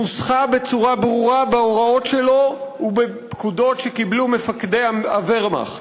שנוסחה בצורה ברורה בהוראות שלו ובפקודות שקיבלו מפקדי הוורמאכט.